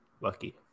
Lucky